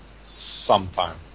sometime